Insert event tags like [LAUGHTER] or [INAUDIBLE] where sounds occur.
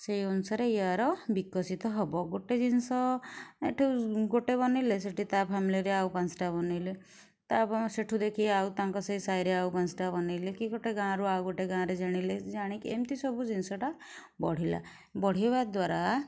ସେଇ ଅନୁସାରେ ୟାର ବିକଶିତ ହେବ ଗୋଟେ ଜିନିଷ ଏଠୁ ଗୋଟେ ବନେଇଲେ ସେଠି ତା ଫ୍ୟାମିଲିରେ ଆଉ ପାଞ୍ଚଟା ବନେଇଲେ [UNINTELLIGIBLE] ସେଠୁ ଦେଖି ଆଉ ତାଙ୍କ ସେ ସାହିରେ ଆଉ ପାଞ୍ଚଟା ବନେଇଲେ କି ଗୋଟେ ଗାଁରୁ ଆଉ ଗୋଟେ ଗାଁରେ ଜାଣିଲେ ଜାଣିକି ଏମତି ସବୁ ଜିନିଷଟା ବଢ଼ିଲା ବଢ଼ିବା ଦ୍ୱାରା